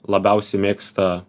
labiausiai mėgsta